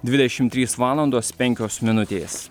dvidešimt trys valandos penkios minutės